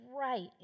right